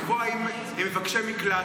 לקבוע אם הם מבקשי מקלט,